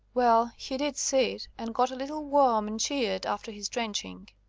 well, he did sit, and got a little warm and cheered after his drenching.